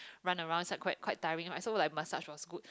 run around it's like quite quite tiring right so like massage was good